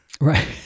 Right